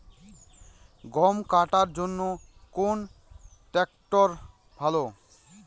গম কাটার জন্যে কোন ট্র্যাক্টর ভালো?